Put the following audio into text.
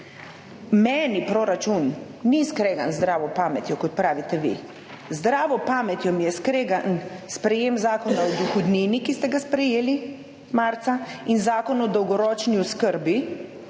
Meni proračun ni skregan z zdravo pametjo, kot pravite vi. Z zdravo pametjo mi je skregano sprejetje Zakona o dohodnini, ki ste ga sprejeli marca, in Zakon o dolgoročni oskrbi,